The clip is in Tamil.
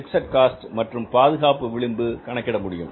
பிக்ஸட் காஸ்ட் மற்றும் பாதுகாப்பு விளிம்பு கணக்கிட முடியும்